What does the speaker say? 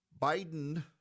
Biden